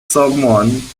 someone